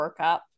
workup